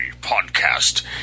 podcast